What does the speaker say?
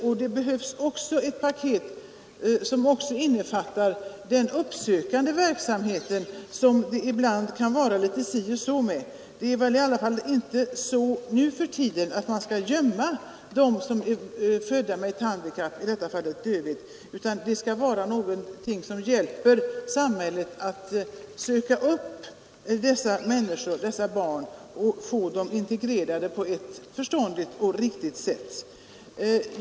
Paketet behöver också innefatta den uppsökande verksamheten, som det ibland kan vara litet si och så med. Man skall väl ändå inte nu för tiden gömma dem som är födda med ett handikapp, i detta fall dövhet, utan vi skail ge samhället möjlighet att söka upp dessa barn och få dem integrerade på ett förståndigt och riktigt sätt.